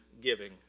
giving